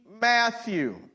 Matthew